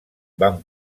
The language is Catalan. vam